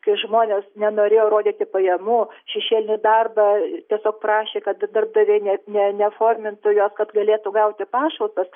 kai žmonės nenorėjo rodyti pajamų šešėlinį darbą tiesiog prašė kad darbdaviai net ne neformintų jos kad galėtų gauti pašalpas